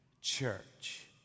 church